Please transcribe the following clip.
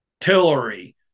Tillery